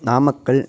Namakkal